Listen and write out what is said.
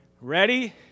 Ready